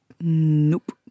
Nope